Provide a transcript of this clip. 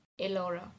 Elora